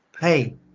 Hey